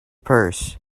purse